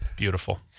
Beautiful